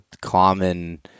common